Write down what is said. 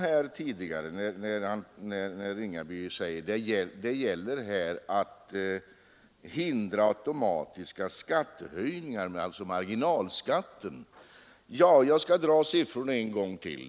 Jag anförde tidigare några siffror, när herr Ringaby sade att det gäller att hindra automatiska skattehöjningar genom marginalskatten. Jag skall dra siffrorna en gång till.